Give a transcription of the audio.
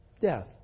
death